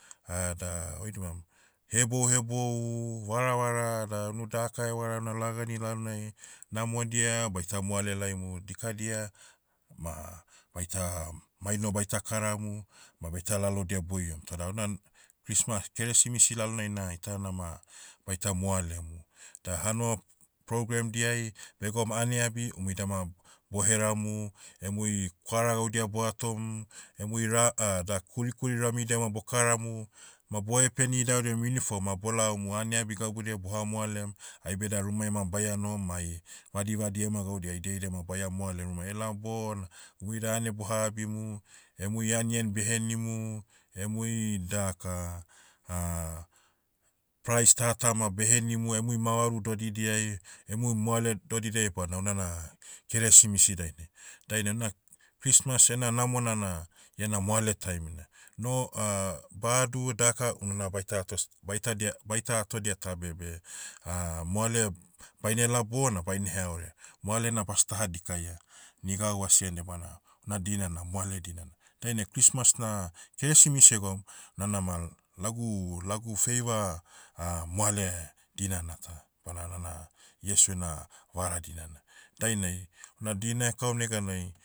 da, oidibam, hebohebou, varavara, da unu daka evara na lagani lalonai. Namodia, baita moale laimu, dikadia, ma, baita, maino baita karamu, ma baita lalodia boiom toda unan, christmas keresimisi lalonai na itana ma, baita moalemu. Da hanua, program diai, begoum ane abi umui da ma, boheramu, emui, kwara gaudia bohatom, emui ra- dak, kurikuri ramidia ma bokaramu, ma bohepeni idaudiam uniform ma bolaomu ane abi gabudia boha moalem, aibeda rumai ma baia nohom ai, vadivadi ema gaudia ai diaida ma baia moale rumai elaom bona, muida ane boha abimu, emui anian behenimu, emui daka, prais tata ma behenimu emui mavaru dodidiai, emui moale dodidiai badna unana, keresimisi dainai. Dainai na, christmas ena namona na, iana moale taimina. No- badu daka, ununa baita atos- baitadia- baita atodia tabe beh, moale, bainela bona baineha ore. Moale na bastaha dikaia. Ni gau asi andia bana, una dina na moale dinana. Dainai christmas na, keresimis egaum, nana ma, lagu- lagu feiva, moale, dinana ta. Bana nana, iesu ena, vara dinana. Dainai, una dina ekau neganai,